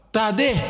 Tade